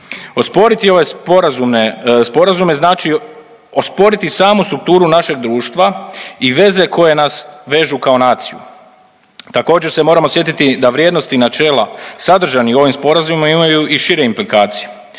sporazume, sporazume znači osporiti samu strukturu našeg društva i veze koje nas vežu kao naciju. Također se moramo sjetiti da vrijednosti i načela sadržani u ovim sporazumima imaju i šire implikacije.